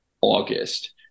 August